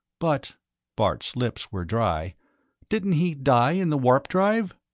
but bart's lips were dry didn't he die in the warp-drive?